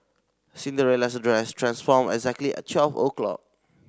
Cinderella's dress transformed exactly at twelve o'clock